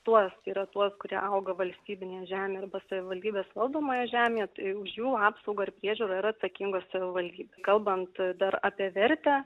tuos yra tuos kurie auga valstybinėje žemėje arba savivaldybės valdomoje žemėje tai už jų apsaugą ir priežiūrą yra atsakinga savivaldybė kalbant dar apie vertę